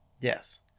Yes